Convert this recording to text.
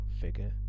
figure